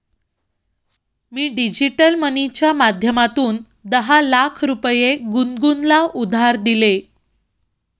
मी digital मनीच्या माध्यमातून दहा लाख रुपये गुनगुनला उधार दिले